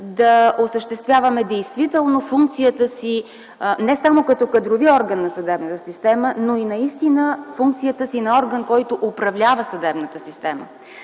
да осъществяваме действително функцията си не само като кадрови орган на съдебната система, но и функцията си на орган, който управлява съдебната система.